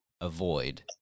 avoid